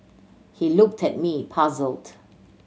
he looked at me puzzled